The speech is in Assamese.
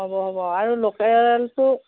হ'ব হ'ব আৰু লোকেলটো